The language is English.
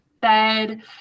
bed